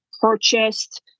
purchased